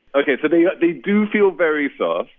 ok, so they yeah they do feel very soft,